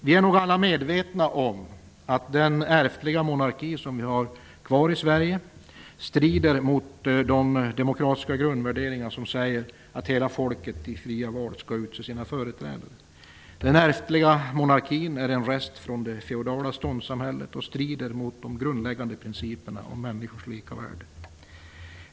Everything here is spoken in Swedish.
Vi är nog alla medvetna om att den ärftliga monarki som vi har kvar i Sverige strider mot de demokratiska grundvärderingar som säger att hela folket i fria val skall utse sina företrädare. Den ärftliga monarkin är en rest från det feodala ståndssamhället och strider mot de grundläggande principerna om människors lika värde.